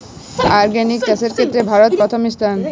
organic চাষের ক্ষেত্রে ভারত প্রথম স্থানে